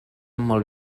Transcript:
molt